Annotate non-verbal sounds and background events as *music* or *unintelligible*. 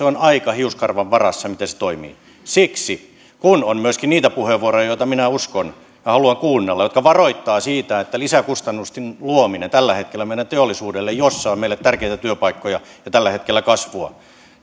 *unintelligible* on aika hiuskarvan varassa miten se toimii kun on myöskin niitä puheenvuoroja joita minä uskon joita minä haluan kuunnella jotka varoittavat siitä että lisäkustannusten luominen tällä hetkellä meidän teollisuudelle jossa on meille tärkeitä työpaikkoja ja tällä hetkellä kasvua